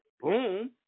boom